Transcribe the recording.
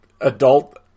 adult